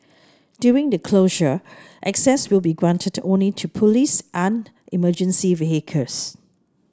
during the closure access will be granted only to police and emergency vehicles